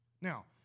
Now